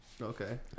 okay